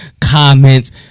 comments